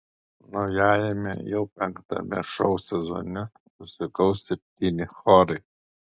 naujajame jau penktame šou sezone susikaus septyni chorai